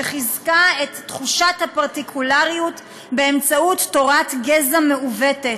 שחיזקה את תחושת הפרטיקולריות באמצעות תורת גזע מעוותת,